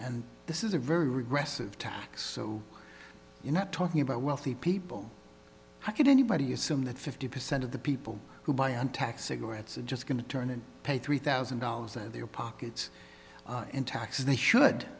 and this is a very regressive tax so you're not talking about wealthy people how could anybody assume that fifty percent of the people who buy on tax cigarettes are just going to turn and pay three thousand dollars in their pockets in taxes they should